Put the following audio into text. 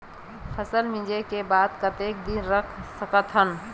फसल मिंजे के बाद कतेक दिन रख सकथन?